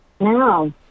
No